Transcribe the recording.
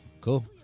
Cool